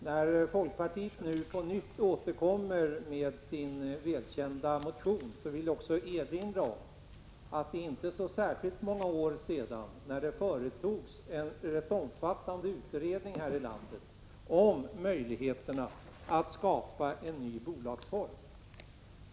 När folkpartiet nu återkommer med sin välkända motion på detta område, vill jag erinra om att det inte är så särskilt många år sedan det företogs en rätt omfattande utredning i vårt land rörande möjligheterna att skapa en ny bolagsform.